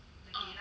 orh